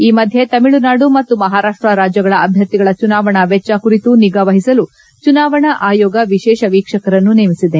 ಈ ಮಧ್ಯೆ ತಮಿಳುನಾಡು ಮತ್ತು ಮಹಾರಾಪ್ವ ರಾಜ್ಯಗಳ ಅಭ್ಯರ್ಥಿಗಳ ಚುನಾವಣಾ ವೆಚ್ಚ ಕುರಿತು ನಿಗಾವಹಿಸಲು ಚುನಾವಣಾ ಆಯೋಗ ವಿಶೇಷ ವೀಕ್ಷಕರನ್ನು ನೇಮಿಸಿದೆ